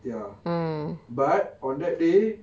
ya but on that day